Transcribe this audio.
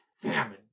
famine